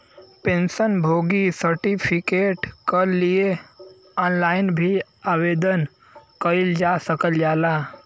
pension भोगी certificate कल लिए ऑनलाइन भी आवेदन कइल जा सकल जाला